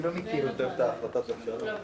למה הגעתם למסקנה הזאת?